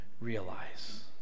realize